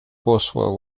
boswell